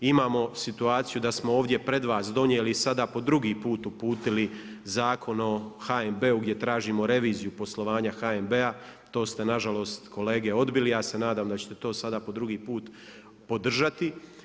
Imamo situaciju da smo ovdje pred vas donijeli sada po 2 put uputili Zakon o HNB-u gdje tražimo reviziju poslovanja HNB, to ste nažalost, kolege odbili, ja se nadam, da ćete to sada po 2 put održati.